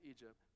Egypt